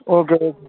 okay okay